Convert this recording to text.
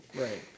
Right